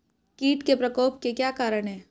कीट के प्रकोप के क्या कारण हैं?